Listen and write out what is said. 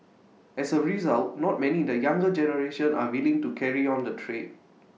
as A result not many in the younger generation are willing to carry on the trade